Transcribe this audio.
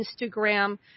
Instagram